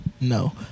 no